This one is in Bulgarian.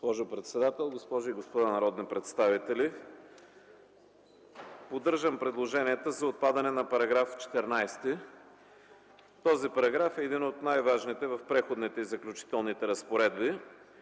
госпожи и господа народни представители! Поддържам предложенията за отпадане на § 14. Този параграф е един от най-важните в Преходните и заключителни разпоредби.